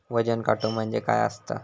वजन काटो म्हणजे काय असता?